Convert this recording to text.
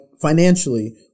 financially